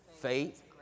faith